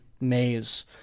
maze